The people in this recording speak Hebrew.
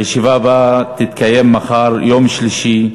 הישיבה הבאה תתקיים מחר, יום שלישי,